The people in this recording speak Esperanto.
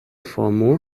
formo